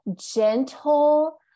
gentle